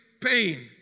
pain